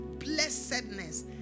blessedness